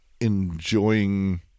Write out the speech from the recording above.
enjoying